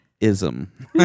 ism